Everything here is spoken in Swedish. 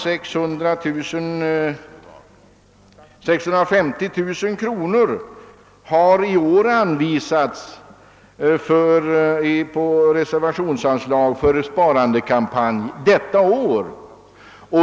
650 000 kronor har i år anvisats i reservationsanslag till en kampanj för lönsparande under detta år.